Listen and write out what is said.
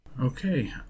Okay